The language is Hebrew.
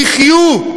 תחיו.